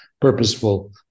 purposeful